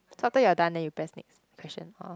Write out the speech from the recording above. so after you are done then you press next question orh